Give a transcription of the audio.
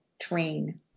train